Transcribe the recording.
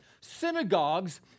Synagogues